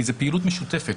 כי זאת פעילות משותפת,